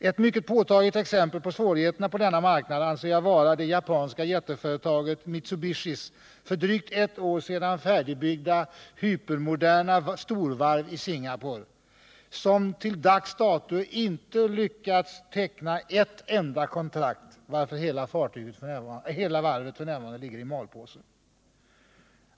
Ett mycket påtagligt exempel på svårigheterna på denna marknad anser jag vara det japanska jätteföretaget Mitsubishis för drygt ett år sedan färdigbyggda, hypermoderna storvarv i Singapore, som till dags dato inte lyckats teckna ett enda kontrakt, varför hela varvet f. n. ligger i ”malpåse”.